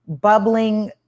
bubbling